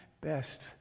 best